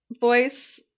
voice